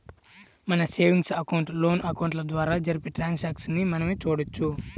మన savings account, loan అకౌంట్ల ద్వారా జరిపే ట్రాన్సాక్షన్స్ ని మనమే చూడొచ్చు